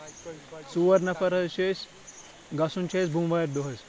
ژور نَفَر حظ چھِ أسۍ گژھُن چھِ أسۍ بوموارِ دۄہَ حظ